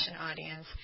audience